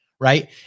Right